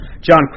John